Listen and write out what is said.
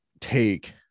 take